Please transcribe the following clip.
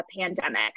pandemic